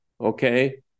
okay